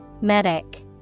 Medic